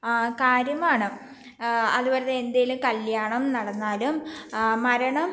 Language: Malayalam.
കാര്യമാണ് അതുപോലെതന്നെ എന്തേലും കല്യാണം നടന്നാലും മരണം